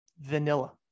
vanilla